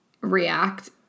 react